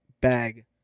bag